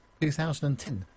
2010